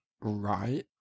Right